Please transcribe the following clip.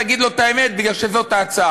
תגיד לו את האמת, בגלל שזאת ההצעה.